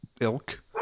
ilk